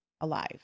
alive